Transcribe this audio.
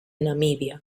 namíbia